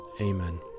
Amen